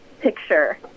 picture